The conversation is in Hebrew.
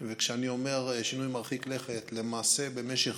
וכשאני אומר "שינוי מרחיק לכת" למעשה במשך